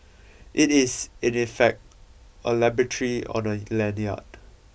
it is in effect a laboratory on a lanyard